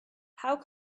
how